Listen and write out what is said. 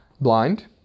Blind